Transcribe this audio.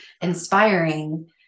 inspiring